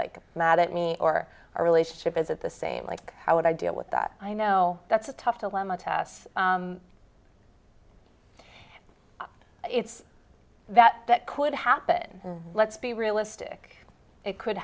like mad at me or our relationship is at the same like how would i deal with that i know that's a tough dilemma tess it's that that could happen and let's be realistic it could